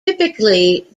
typically